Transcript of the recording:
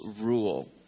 rule